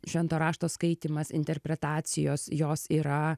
švento rašto skaitymas interpretacijos jos yra